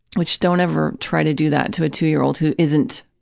which don't ever try to do that to a two-year-old who isn't